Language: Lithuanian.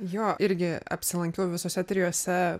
jo irgi apsilankiau visose trijose